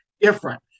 different